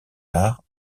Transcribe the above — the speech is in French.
arts